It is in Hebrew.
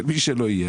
של מי שלא יהיה,